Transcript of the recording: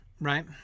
right